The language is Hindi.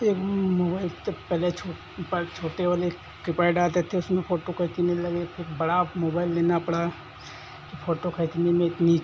यह मोबाइल तब पहले छोट छोटे वाले कीपैड आते थे उसमें फ़ोटो खींचने लगे फिर बड़ा मोबाइल लेना पड़ा फिर फ़ोटो खींचने में इतनी